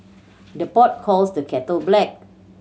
the pot calls the kettle black